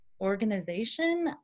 organization